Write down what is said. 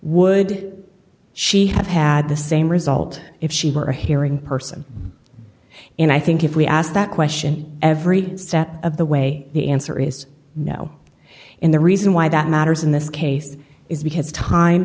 would she have had the same result if she were a hearing person and i think if we asked that question every step of the way the answer is no in the reason why that matters in this case is because time